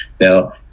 Now